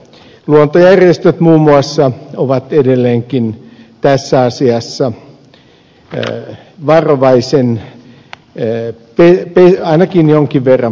luontojärjestöt muun muassa ovat edelleenkin tässä asiassa varovaisen ainakin jonkin verran pessimistisiä